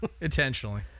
intentionally